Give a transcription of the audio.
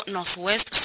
Northwest